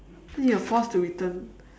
then you're forced to return